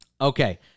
Okay